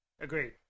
Agreed